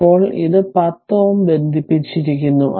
ഇപ്പോൾ ഇത് 10 Ω ബന്ധിപ്പിച്ചിരിക്കുന്നു